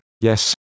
yes